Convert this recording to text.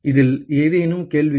இதில் ஏதேனும் கேள்விகள்